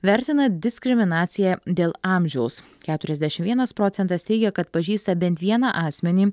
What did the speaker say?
vertina diskriminaciją dėl amžiaus keturiasdešim vienas procentas teigia kad pažįsta bent vieną asmenį